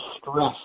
stress